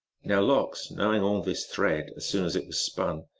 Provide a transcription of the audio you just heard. now lox, knowing all this thread as soon as it was spun,